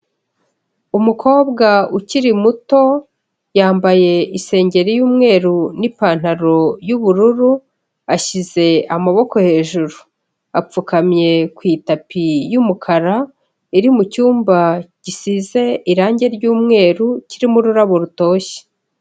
Umukobwa ukiri muto yambaye isengeri y'umweru n'ipantaro y'ubururu, ashyize amaboko hejuru, apfukamye ku itapi y'umukara iri mu cyumba gisize irangi ry'umweru kirimo ururabo rutoshye.